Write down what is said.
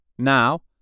now